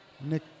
Nick